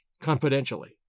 confidentially